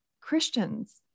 Christians